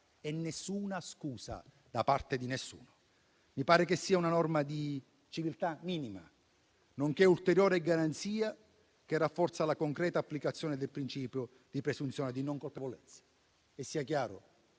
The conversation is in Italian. nessuna scusa da parte di nessuno. Mi pare che sia una norma di civiltà minima, nonché ulteriore garanzia che rafforza la concreta applicazione del principio di presunzione di non colpevolezza. Signor